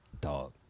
dog